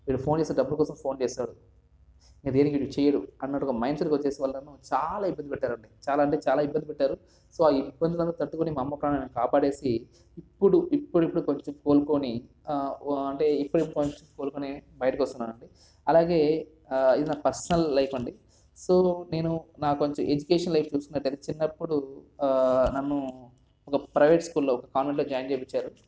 వీడు ఫోన్ చేస్తే డబ్బులు కోసం ఫోన్ చేస్తాడు లేదంటే చెయ్యడు అన్నట్టుగా మైండ్ సెట్కి వచ్చేసి వాళ్ళు నన్ను చాలా ఇబ్బంది పెట్టారు అండి చాలా అంటే చాలా ఇబ్బంది పెట్టారు సో ఆ ఇబ్బందులని తట్టుకొని మా అమ్మ ప్రాణాన్ని కాపాడేసి ఇప్పుడు ఇప్పుడిప్పుడు కొంచెం కోల్కొని అంటే ఇప్పుడే కొంచెం కోలుకొని బయటకి వస్తున్నాను అండి అలాగే ఇది నా పర్సనల్ లైఫ్ అండి సో నేను నాకు కొంచెం ఎడ్యుకేషన్ లైఫ్ చూసినట్లయితే చిన్నప్పుడు నన్ను ఒక ప్రైవేటు స్కూల్లో కాన్వెంట్లో జాయిన్ చేర్పించారు